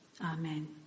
Amen